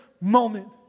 moment